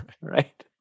right